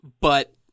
but-